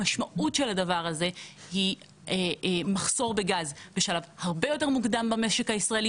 המשמעות של הדבר הזה היא מחסור בגז בשלב הרבה יותר מוקדם במשק הישראלי,